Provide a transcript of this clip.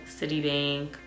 Citibank